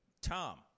Tom